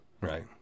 Right